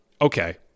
Okay